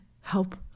help